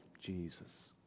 Jesus